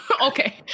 okay